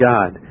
God